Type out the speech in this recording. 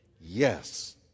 Yes